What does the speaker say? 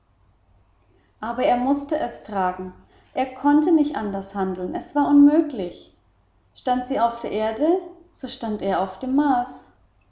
aber er mußte es tragen er konnte nicht anders handeln es war unmöglich stand sie auf der erde so stand er auf dem mars